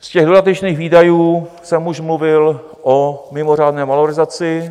Z dodatečných výdajů jsem už mluvil o mimořádné valorizaci.